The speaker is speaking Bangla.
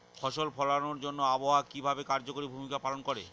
ফসল ফলানোর জন্য আবহাওয়া কিভাবে কার্যকরী ভূমিকা পালন করে?